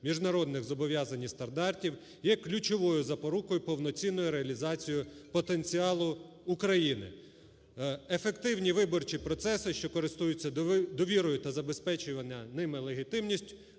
міжнародних зобов'язань і стандартів, є ключовою запорукою повноцінної реалізації потенціалу України. Ефективні виборчі процеси, що користуються довірою, та забезпечення ними легітимність